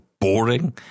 boring